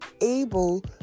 able